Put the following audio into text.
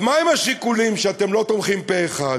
אז מה הם השיקולים, שאתם לא תומכים פה-אחד?